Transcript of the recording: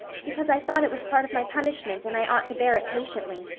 because i thought it was part of my punishment and i ought to bear it patiently.